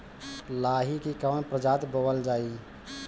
लाही की कवन प्रजाति बोअल जाई?